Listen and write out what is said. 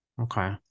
Okay